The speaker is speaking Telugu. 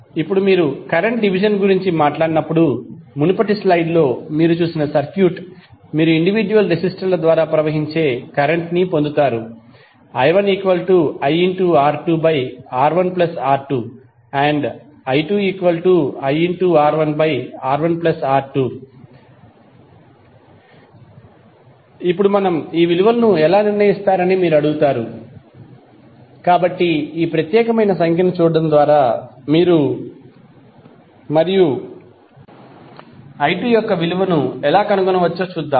ఇప్పుడు మీరు కరెంట్ డివిజన్ గురించి మాట్లాడినప్పుడు మునుపటి స్లైడ్లో మీరు చూసిన సర్క్యూట్ మీరు ఇండివిడ్యుయల్ రెసిస్టర్ల ద్వారా ప్రవహించే కరెంట్ ని పొందుతారు i1iR2R1R2i2iR1R1R2 ఇప్పుడు మనం ఈ విలువలను ఎలా నిర్ణయిస్తారని మీరు అడుగుతారు కాబట్టి ఈ ప్రత్యేకమైన ఫిగర్ ను చూడటం ద్వారా మీరు మరియు i2 యొక్క విలువను ఎలా కనుగొనవచ్చో చూద్దాం